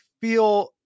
feel